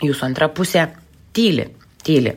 jūsų antra pusė tyli tyli